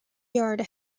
yard